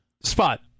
Spot